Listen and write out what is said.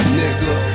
nigga